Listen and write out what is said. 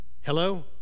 Hello